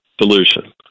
solution